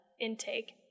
intake